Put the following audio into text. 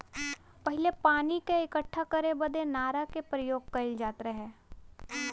पहिले पानी क इक्कठा करे बदे नारा के परियोग कईल जात रहे